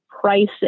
prices